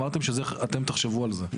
אמרתם שתחשבו על זה.